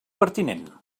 pertinent